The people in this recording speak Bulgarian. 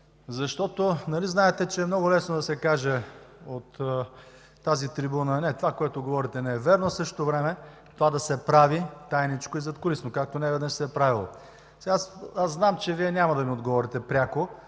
защото нали знаете, че е много лесно да се каже от тази трибуна: „Не, това, което говорите, не е вярно!“, а в същото време това да се прави тайничко и задкулисно, както неведнъж се е правило. Аз знам, че Вие няма да ми отговорите пряко: